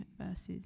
verses